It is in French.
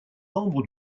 membre